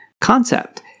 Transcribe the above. concept